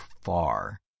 far